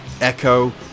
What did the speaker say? Echo